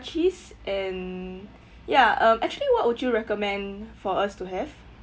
cheese and ya um actually what would you recommend for us to have